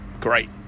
great